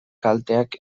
kalteak